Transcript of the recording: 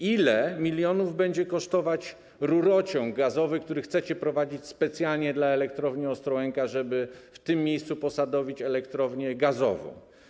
Ile milionów będzie kosztować rurociąg gazowy, który chcecie prowadzić specjalnie dla Elektrowni Ostrołęka, żeby w tym miejscu posadowić elektrownię gazową?